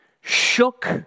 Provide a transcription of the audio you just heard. shook